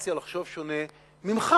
לגיטימציה לחשוב שונה ממך